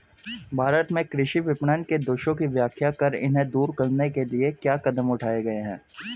भारत में कृषि विपणन के दोषों की व्याख्या करें इन्हें दूर करने के लिए क्या कदम उठाए गए हैं?